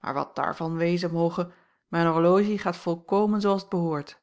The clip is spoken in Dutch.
maar wat daarvan wezen moge mijn horologie gaat volkomen zoo als t behoort